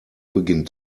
beginnt